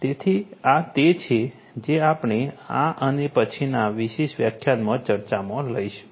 તેથી આ તે છે જે આપણે આ અને પછીના વિશેષ વ્યાખ્યાનમાં ચર્ચામાં લઈશું